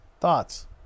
Thoughts